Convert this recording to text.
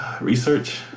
Research